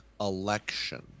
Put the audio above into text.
election